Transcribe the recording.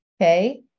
Okay